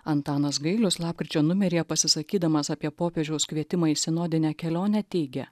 antanas gailius lapkričio numeryje pasisakydamas apie popiežiaus kvietimą į sinodinę kelionę teigia